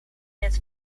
jest